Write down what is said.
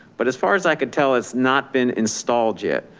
but as far as i can tell, it's not been installed yet.